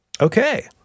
okay